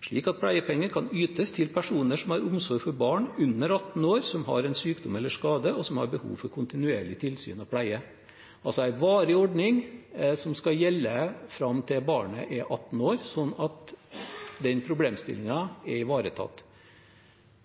slik at pleiepenger også kan ytes etter 1 300 stønadsdager til personer som har omsorg for barn under 18 år som har en sykdom eller skade og som har behov for kontinuerlig tilsyn og pleie Dette er altså en varig ordning som skal gjelde fram til barnet er 18 år, slik at den problemstillingen er ivaretatt.